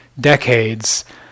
decades